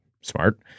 Smart